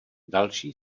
další